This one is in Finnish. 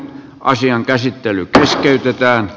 asian käsittely keskeytetään